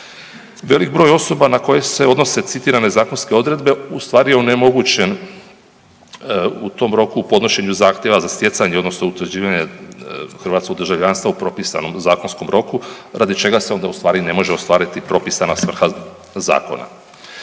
Velik broj osoba na koje se odnose citirane zakonske odredbe ustvari onemogućen u tom roku u podnošenju zahtjeva za stjecanje, odnosno utvrđivanje hrvatskog državljanstva u propisanom zakonskom roku, radi čega se onda ustvari ne može ostvariti propisana svrha Zakona.